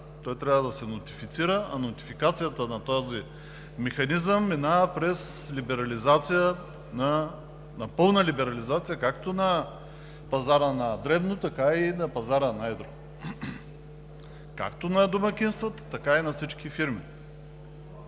той трябва да се нотифицира, а нотификацията на този механизъм минава през пълна либерализация както на пазара на дребно, така и на пазара на едро, както на домакинствата, така и на всички фирми.